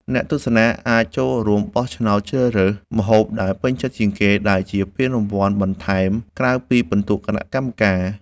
អ្នកទស្សនាអាចចូលរួមបោះឆ្នោតជ្រើសរើស ម្ហូបដែលពេញចិត្តជាងគេ ដែលជាពានរង្វាន់បន្ថែមក្រៅពីពិន្ទុគណៈកម្មការ។